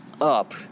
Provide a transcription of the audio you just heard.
Up